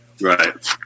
Right